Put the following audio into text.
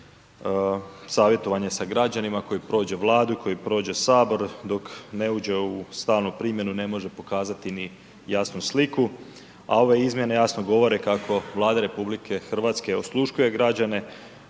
savjetovanje sa građanima, koji prođe Vladu, koji prođe sabor, dok ne uđe u stalnu primjenu ne može pokazati ni jasnu sliku. A ove izmjene jasno govore kako Vlada RH osluškuje građane,